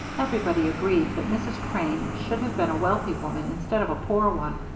everybody agreed that mrs. crane should have been a wealthy woman instead of a poor one,